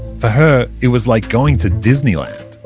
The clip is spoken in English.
for her, it was like going to disneyland,